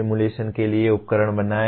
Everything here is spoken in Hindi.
सिमुलेशन के लिए उपकरण बनाएं